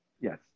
Yes